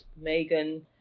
Megan